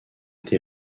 été